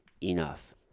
enough